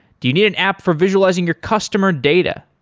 do you need an app for visualizing your customer data?